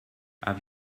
have